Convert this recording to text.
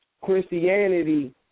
Christianity